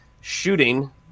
shooting